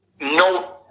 no